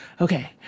okay